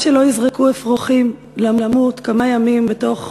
גם שלא יזרקו אפרוחים למות כמה ימים בתוך